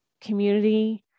community